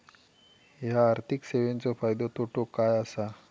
हया आर्थिक सेवेंचो फायदो तोटो काय आसा?